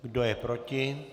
Kdo je proti?